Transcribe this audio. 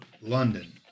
London